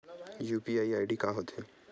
UPI ID का होथे?